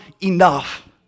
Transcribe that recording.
enough